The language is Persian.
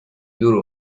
دور